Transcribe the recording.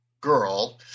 girl